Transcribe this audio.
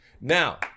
Now